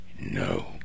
no